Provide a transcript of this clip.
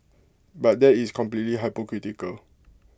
but that is completely hypocritical